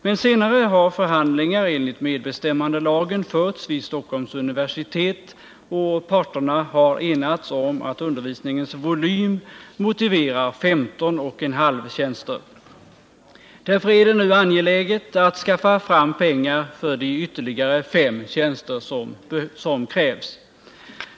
Men senare har förhandlingar enligt medbestämmandelagen förts vid Stockholms universitet, och parterna har enats om att undervisningens volym motiverar femton och en halv tjänster. Därför är det nu angeläget att skaffa fram pengar för de ytterligare fem tjänster som krävs.